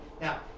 Now